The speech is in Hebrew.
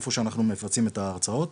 איפה שאנחנו מפיצים את ההרצאות.